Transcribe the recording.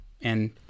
and-